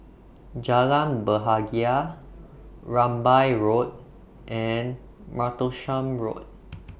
Jalan Bahagia Rambai Road and Martlesham Road